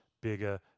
bigger